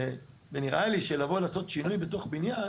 נראה לי שלעשות שינוי בתוך בניין